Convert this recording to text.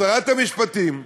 שרת המשפטים,